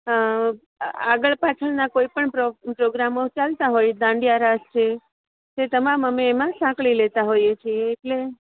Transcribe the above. આગળ પાછળ ના કોઈપણ પ્રો પ્રોગ્રામો ચાલતા હોય દાંડિયા રાસ છે તે તમામ અમે એમાં સાંકળી લેતાં હોઇએ છીએ એટલે